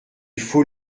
faut